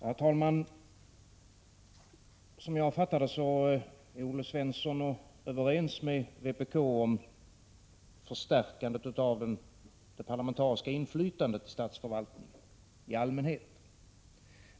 Herr talman! Som jag fattar det är Olle Svensson överens med vpk om förstärkandet av det parlamentariska inflytandet i statsförvaltningen i allmänhet.